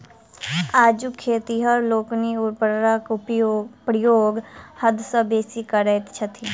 आजुक खेतिहर लोकनि उर्वरकक प्रयोग हद सॅ बेसी करैत छथि